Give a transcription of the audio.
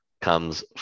comes